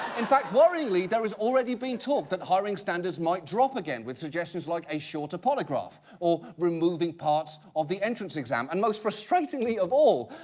in fact, worryingly, there has already been talk that hiring standards might drop again with suggestions like a shorter polygraph, or removing parts of the entrance exam. and most frustratingly of all,